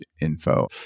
info